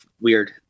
weird